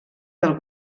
del